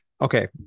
okay